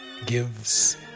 Gives